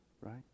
right